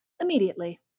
immediately